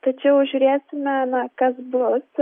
tačiau žiūrėsime na kas bus